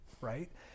right